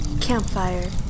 Campfire